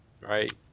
right